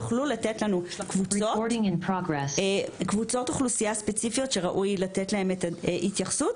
יוכלו לתת לנו קבוצות אוכלוסייה ספציפיות שראוי לתת להן את ההתייחסות.